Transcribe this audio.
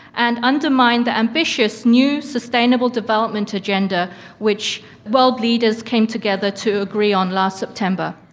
and undermine the ambitious new sustainable development agenda which world leaders came together to agree on last september.